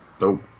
Nope